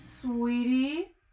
Sweetie